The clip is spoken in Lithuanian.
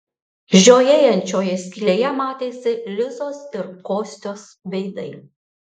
žiojėjančioje skylėje matėsi lizos ir kostios veidai